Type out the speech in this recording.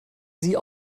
sie